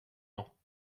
lent